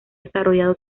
desarrollado